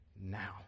Now